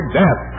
death